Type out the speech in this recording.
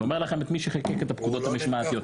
אני אומר לכם כמי שחוקק את הפקודות המשמעתיות.